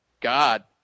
God